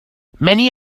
many